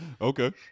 okay